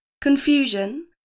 confusion